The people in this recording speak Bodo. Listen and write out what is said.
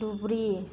धुब्रि